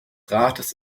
rates